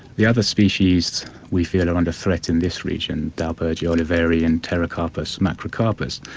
the other species we feel are under threat in this region, dalbergia oliveri, and pterocarpus macrocarpus,